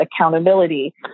accountability